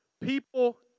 People